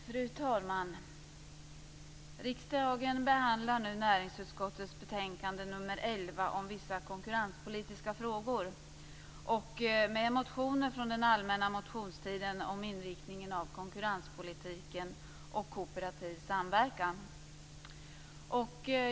Fru talman! Riksdagen behandlar nu näringsutskottets betänkande nr 11 om vissa konkurrenspolitiska frågor och motioner från allmänna motionstiden om inriktningen av konkurrenspolitiken och om kooperativ samverkan.